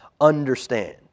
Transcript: understand